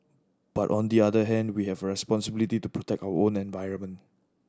but on the other hand we have a responsibility to protect our own environment